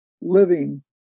living